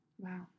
Wow